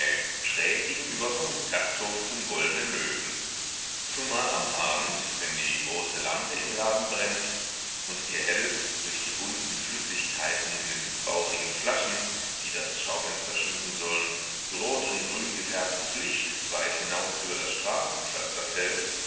schräg gegenüber vom gasthof zum goldnen löwen zumal am abend wenn die große lampe im laden brennt und ihr helles durch die bunten flüssigkeiten in den dickbauchigen flaschen die das schaufenster schmücken sollen rot und grün gefärbtes licht weit hinaus über das straßenpflaster fällt